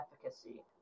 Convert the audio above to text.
efficacy